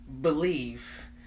believe